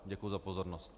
Děkuji za pozornost.